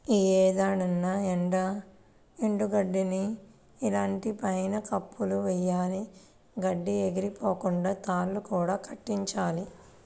యీ ఏడాదన్నా ఎండు గడ్డిని ఇంటి పైన కప్పులా వెయ్యాల, గడ్డి ఎగిరిపోకుండా తాళ్ళు కూడా కట్టించాలి